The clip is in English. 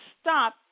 stop